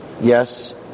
Yes